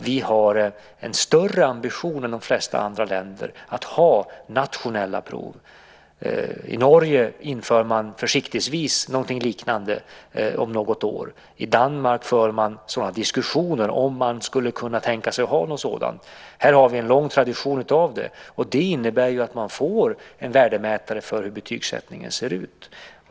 Vi har en större ambition än de flesta andra länder att ha nationella prov. I Norge inför man försiktigt någonting liknande om något år. I Danmark för man diskussioner om huruvida man skulle kunna tänka sig ha något sådant. Här har vi en lång tradition av det. Det innebär att man får en värdemätare av hur betygssättningen ser ut.